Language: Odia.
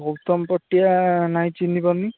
ଗୌତମ ପଟିଆ ନାଇଁ ଚିହ୍ନି ପାରୁନି